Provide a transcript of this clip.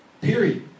Period